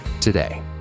today